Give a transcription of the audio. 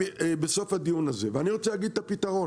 בסוף הדיון הזה ואני רוצה להגיד את הפתרון